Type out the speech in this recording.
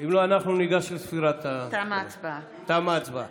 תמה ההצבעה.